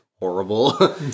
horrible